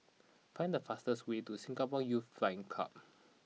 find the fastest way to Singapore Youth Flying Club